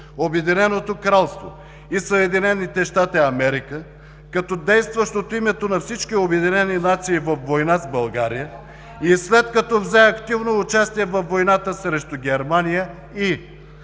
Обединеното Кралство и Съединените щати – Америка, като действащ от името на всички Обединени нации във война с България, и след като взе активно участие във войната срещу Германия, и